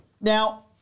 Now